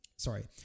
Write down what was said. Sorry